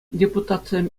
депутатсем